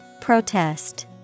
Protest